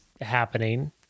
happening